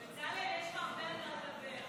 בצלאל, יש לנו הרבה על מה לדבר.